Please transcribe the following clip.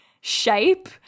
shape